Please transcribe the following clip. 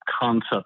concept